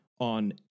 on